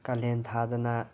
ꯀꯥꯂꯦꯟ ꯊꯥꯗꯅ